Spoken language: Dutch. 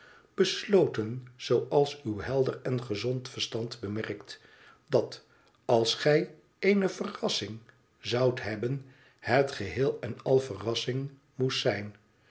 besloten zooals uw helder en gezond verstand bemerkt dat als gij eene ver ras sing zoudt hebben het geheel en al verrassing moest zijn